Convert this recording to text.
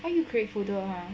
how you create folder ah